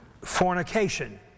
Fornication